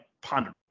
ponder